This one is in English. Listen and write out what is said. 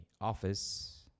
office